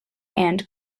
and